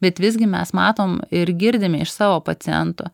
bet visgi mes matom ir girdime iš savo pacientų